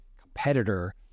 competitor